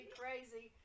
crazy